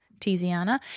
Tiziana